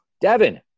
Devin